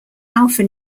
alpha